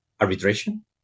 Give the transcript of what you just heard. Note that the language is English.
arbitration